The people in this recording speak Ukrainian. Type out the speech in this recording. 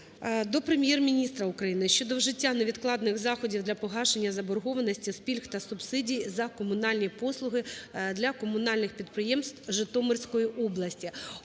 до Прем'єр-міністра України щодо вжиття невідкладних заходів для погашення заборгованості з пільг та субсидій за комунальні послуги для комунальних підприємств Житомирської області.